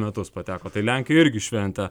metus pateko tai lenkijoj irgi šventė